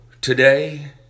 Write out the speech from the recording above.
today